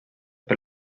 per